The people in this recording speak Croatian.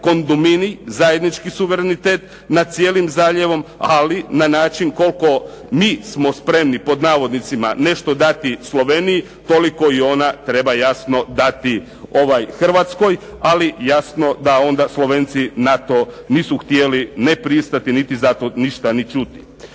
kongumini zajednički suverenitet nad cijelim zaljevom ali na način koliko mi smo „spremni“ nešto dati Sloveniji toliko i ona jasno treba dati Hrvatskoj, ali jasno da onda Slovenci na to nisu htjeli ne pristati niti za to ništa niti čuti.